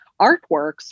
artworks